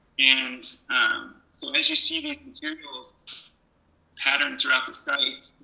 and um so as you see these materials patterned throughout the site,